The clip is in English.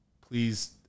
Please